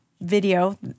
video